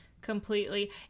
Completely